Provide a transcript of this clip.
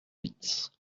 vite